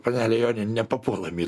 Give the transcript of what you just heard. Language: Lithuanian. panele jone nepapuolam į